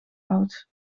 oud